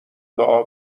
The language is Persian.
دعا